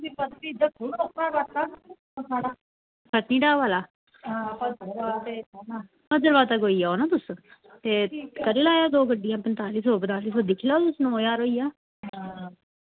पत्नीटॉप आह्ला भद्रवाह तक्क होई जाओ ना तुस ते करी लैयो दो गड्डियां पंताली सौ नौ ज्हार होई जा